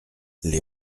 les